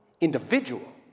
individual